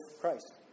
Christ